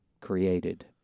Created